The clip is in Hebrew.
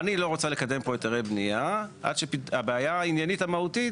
אני לא רוצה לקדם פה היתרי בנייה עד שהבעיה העניינית המהותית